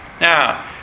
Now